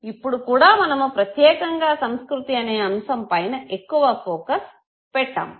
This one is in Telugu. ఇప్పుడు కూడా మనము ప్రత్యేకంగా సంస్కృతి అనే అంశం పైన ఎక్కువ ఫోకస్ పెట్టాము